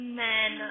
men